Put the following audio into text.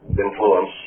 influence